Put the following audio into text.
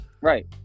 Right